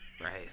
right